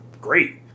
great